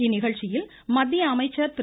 இந்நிகழ்ச்சியில் மத்திய அமைச்சர் திரு